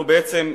תודה רבה.